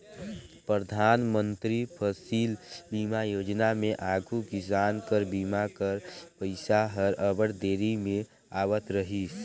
परधानमंतरी फसिल बीमा योजना में आघु किसान कर बीमा कर पइसा हर अब्बड़ देरी में आवत रहिस